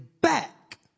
back